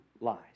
lies